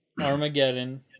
Armageddon